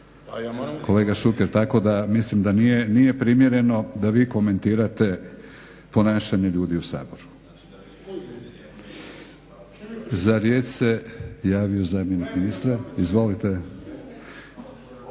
Kolega Šuker, tako da mislim da nije primjereno da vi komentirate ponašanje ljudi u Saboru. Za riječ se javio zamjenik ministra, izvolite